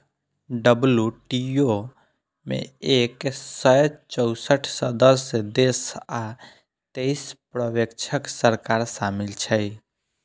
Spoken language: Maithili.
डब्ल्यू.टी.ओ मे एक सय चौंसठ सदस्य देश आ तेइस पर्यवेक्षक सरकार शामिल छै